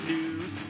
News